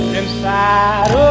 inside